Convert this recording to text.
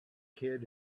kid